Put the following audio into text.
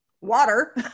water